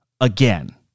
Again